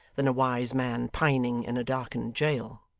than a wise man pining in a darkened jail!